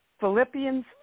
Philippians